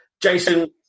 Jason